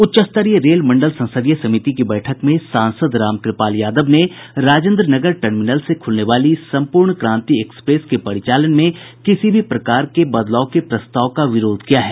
उच्चस्तरीय रेल मंडल संसदीय समिति की बैठक में संसद रामकृपाल यादव ने राजेन्द्र नगर टर्मिनल से खुलने वाली सम्पूर्ण क्रांति एक्सप्रेस के परिचालन में किसी भी प्रकार के बदलाव के प्रस्ताव का विरोध किया है